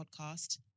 podcast